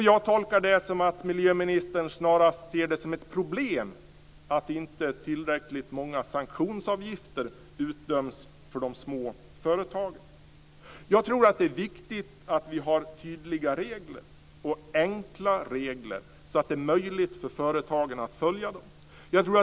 Jag tolkar detta som att miljöministern snarare ser det som ett problem att inte tillräckligt många sanktionsavgifter utdöms för de små företagen. Jag tror att det är viktigt att vi har tydliga och enkla regler så att det är möjligt för företagen att följa dem.